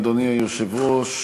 אדוני היושב-ראש,